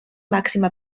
màxima